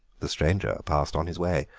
the stranger passed on his way,